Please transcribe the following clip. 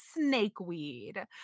Snakeweed